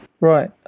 Right